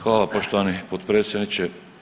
Hvala poštovani potpredsjedniče.